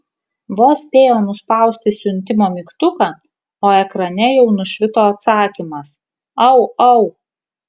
vos spėjo nuspausti siuntimo mygtuką o ekrane jau nušvito atsakymas au au